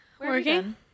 Working